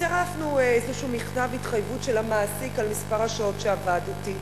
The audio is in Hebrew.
צירפנו איזשהו מכתב התחייבות של המעסיק על מספר השעות שעבדתי,